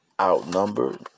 outnumbered